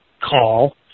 call